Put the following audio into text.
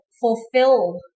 fulfill